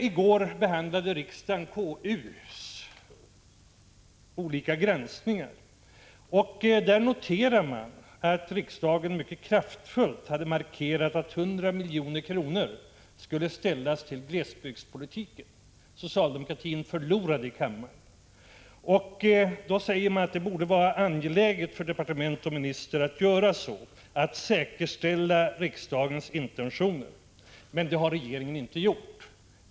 I går behandlade riksdagen KU:s olika granskningar. Därvid noterade man att riksdagen mycket kraftfullt hade markerat att 100 milj.kr. skulle anslås till glesbygdspolitiken. Socialdemokraterna förlorade i kammaren. Då säger man att det borde vara angeläget för departement och minister att säkerställa riksdagens intentioner. Men det har regeringen inte gjort.